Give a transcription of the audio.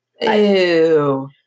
Ew